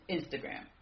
Instagram